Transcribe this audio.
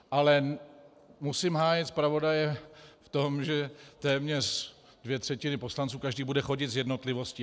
Ale musím hájit zpravodaje v tom, že téměř dvě třetiny poslanců, každý bude chodit s jednotlivostí.